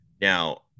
now